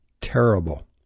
terrible